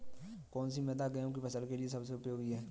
कौन सी मृदा गेहूँ की फसल के लिए सबसे उपयोगी है?